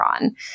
on